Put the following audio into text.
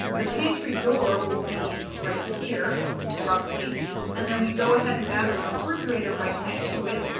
the pantry door will be right here roughly and then we go ahead and add the refrigerator right next to it.